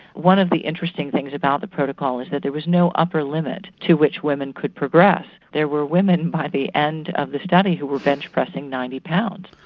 one of the interesting things about the protocol is that there was no upper limit to which women could progress. there were women by the end of the study who were bench-pressing ninety pounds.